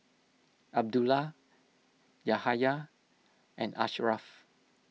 Abdullah Yahaya and Ashraf